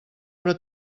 però